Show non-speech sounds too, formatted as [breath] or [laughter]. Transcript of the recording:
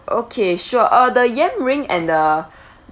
okay sure uh the yam ring and the [breath]